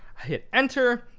hit enter.